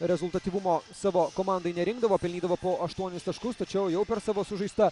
rezultatyvumo savo komandai nerinkdavo pelnydavo po aštuonis taškus tačiau jau per savo sužaistą